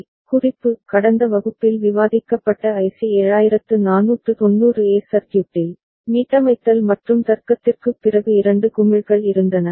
QC குறிப்பு கடந்த வகுப்பில் விவாதிக்கப்பட்ட ஐசி 7490 ஏ சர்க்யூட்டில் மீட்டமைத்தல் மற்றும் தர்க்கத்திற்குப் பிறகு இரண்டு குமிழ்கள் இருந்தன